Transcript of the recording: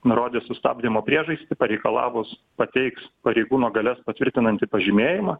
nurodis sustabdymo priežastį pareikalavus pateiks pareigūno galias patvirtinantį pažymėjimą